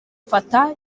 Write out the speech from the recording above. fata